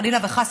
חלילה וחס,